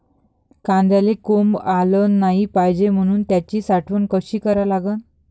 कांद्याले कोंब आलं नाई पायजे म्हनून त्याची साठवन कशी करा लागन?